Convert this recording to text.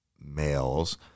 males